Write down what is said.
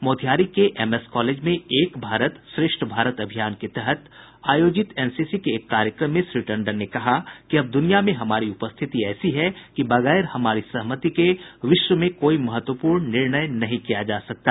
मोतिहारी के MS college में एक भारत श्रेष्ठ भारत अभियान के तहत आयोजित एनसीसी के एक कार्यक्रम में श्री टंडन ने कहा कि अब द्रनिया में हमारी उपस्थिति ऐसी है कि बगैर हमारी सहमति के विश्व में कोई महत्वपूर्ण निर्णय नहीं किया जा सकता